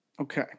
Okay